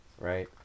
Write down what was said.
right